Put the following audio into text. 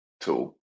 tool